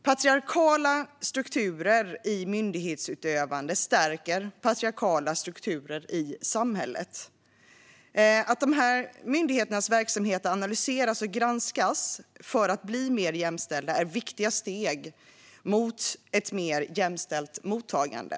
Patriarkala strukturer i myndighetsutövande stärker patriarkala strukturer i samhället. Att dessa myndigheters verksamheter analyseras och granskas för att bli mer jämställda är viktiga steg mot ett mer jämställt mottagande.